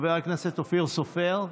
חבר הכנסת אופיר סופר,